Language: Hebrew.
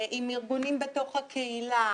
עם ארגונים בתוך הקהילה,